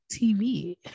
TV